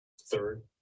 Third